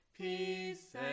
Peace